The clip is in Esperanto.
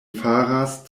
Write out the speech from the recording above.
faras